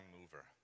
mover